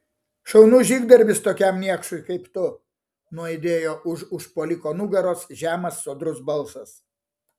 šaunus žygdarbis tokiam niekšui kaip tu nuaidėjo už užpuoliko nugaros žemas sodrus balsas